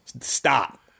stop